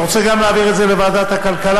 אתה רוצה גם להעביר את זה לוועדת הכלכלה?